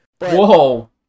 Whoa